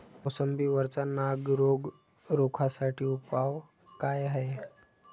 मोसंबी वरचा नाग रोग रोखा साठी उपाव का हाये?